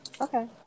Okay